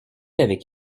avec